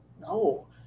no